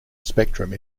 spectrum